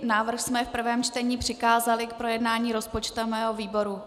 Návrh jsme v prvém čtení přikázali k projednání rozpočtovému výboru.